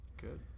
good